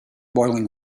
boiling